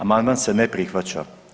Amandman se ne prihvaća.